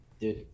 dude